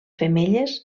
femelles